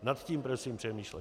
Nad tím prosím přemýšlejte.